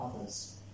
others